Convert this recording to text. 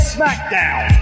SmackDown